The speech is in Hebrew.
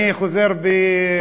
אני חוזר בי.